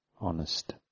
honest